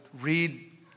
read